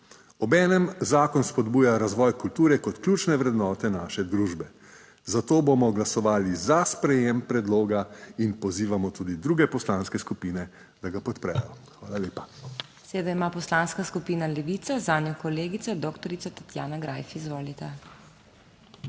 Obenem zakon spodbuja razvoj kulture kot ključne vrednote naše družbe, zato bomo glasovali za sprejem predloga in pozivamo tudi druge poslanske skupine, da ga podprejo. Hvala lepa. **PODPREDSEDNICA MAG. MEIRA HOT:** Besedo ima Poslanska skupina Levica, zanjo kolegica doktorica Tatjana Greif Izvolite.